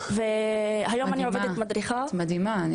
את מדהימה.